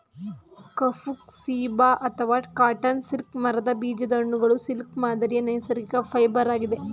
ಕಫುಕ್ ceiba ಅಥವಾ cotton silk ಮರದ ಬೀಜದ ಹಣ್ಣುಗಳು ಸಿಲ್ಕ್ ಮಾದರಿಯ ನೈಸರ್ಗಿಕ ಫೈಬರ್ ಆಗಿದೆ